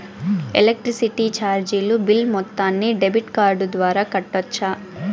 Electricity చార్జీలు bill మొత్తాన్ని debit card ద్వారా కట్టొచ్చా?